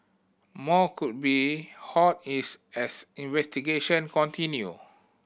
more could be hauled is as investigation continue